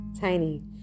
Tiny